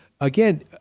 again